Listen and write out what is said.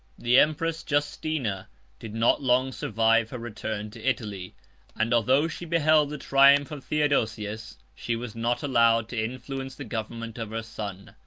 the empress justina did not long survive her return to italy and, though she beheld the triumph of theodosius, she was not allowed to influence the government of her son.